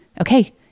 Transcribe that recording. Okay